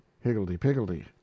higgledy-piggledy